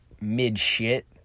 mid-shit